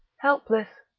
helpless,